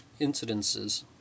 incidences